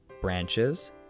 branches